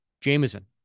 Jameson